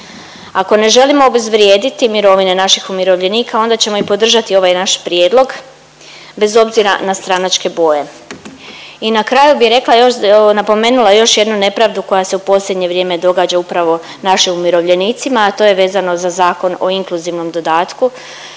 Ako ne želimo obezvrijediti mirovine naših umirovljenika onda ćemo i podržati ovaj naš prijedlog bez obzira na stranačke boje. I na kraju bi rekla napomenula još jednu nepravdu koja se u posljednje vrijeme događa upravo našim umirovljenicima, a to je vezano za Zakon o inkluzivnom dodatku.